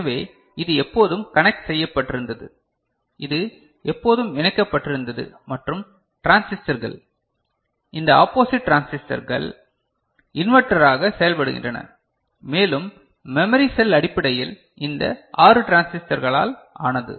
எனவே இது எப்போதும் கனெக்ட் செய்யப்பட்டிருந்தது இது எப்போதும் இணைக்கப்பட்டிருந்தது மற்றும் டிரான்சிஸ்டர்கள் இந்த ஆப்போசிட் டிரான்சிஸ்டர்கள் இன்வெர்ட்டராக செயல்படுகின்றன மேலும் மெமரி செல் அடிப்படையில் இந்த 6 டிரான்சிஸ்டர்களால் ஆனது